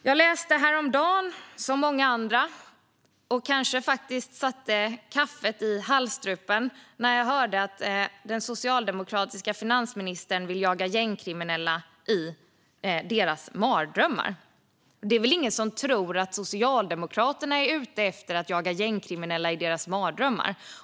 Jag satte nästan kaffet i vrångstrupen när jag häromdagen, som många andra, läste om att den socialdemokratiska finansministern vill jaga gängkriminella i deras mardrömmar. Det är väl ingen som tror att Socialdemokraterna är ute efter att jaga gängkriminella i deras mardrömmar.